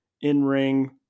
in-ring